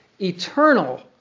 eternal